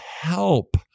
help